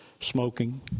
smoking